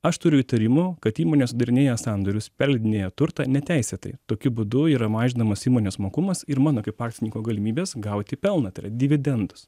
aš turiu įtarimų kad įmonė sudarinėja sandorius pelnėja turtą neteisėtai tokiu būdu yra mažinamas įmonės mokumas ir mano kaip akcininko galimybės gauti pelną tai yra dividendus